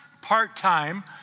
part-time